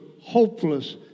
hopeless